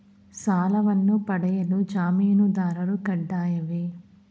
ಸಾಲವನ್ನು ಪಡೆಯಲು ಜಾಮೀನುದಾರರು ಕಡ್ಡಾಯವೇ?